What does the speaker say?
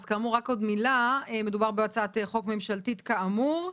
מדובר בהצעת חוק ממשלתית, כאמור,